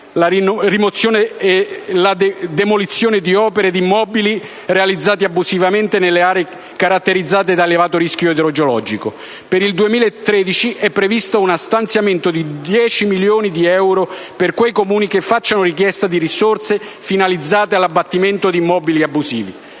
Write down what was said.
la demolizione di opere ed immobili realizzati abusivamente nelle aree caratterizzate da elevato rischio idrogeologico. Per il 2013 è previsto uno stanziamento di 10 milioni di euro per quei Comuni che facciano richiesta di risorse finalizzate all'abbattimento di immobili abusivi,